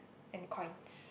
and coins